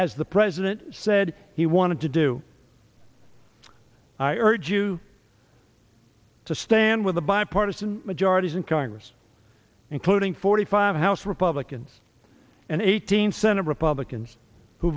as the president said he wanted to do i urge you to stand with the bipartisan majorities in congress including forty five house republicans and eighteen senate republicans who